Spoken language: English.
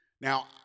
Now